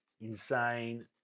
Insane